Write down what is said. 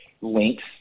links